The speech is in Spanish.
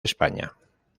españa